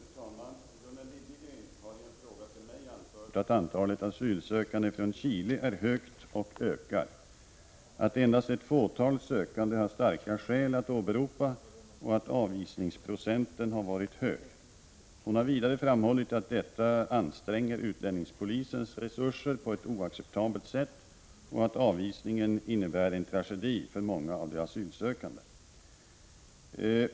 Fru talman! Gunnel Liljegren har i en fråga till mig anfört att antalet asylsökande från Chile är stort och ökar, att endast ett fåtal sökande har starka skäl att åberopa och att avvisningsprocenten har varit hög. Hon har vidare framhållit att detta anstränger utlänningspolisens resurser på ett oacceptabelt sätt och att avvisningen innebär en tragedi för många av asylsökandena.